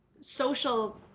social